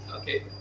Okay